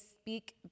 speak